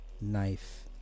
knife